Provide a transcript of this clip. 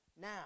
now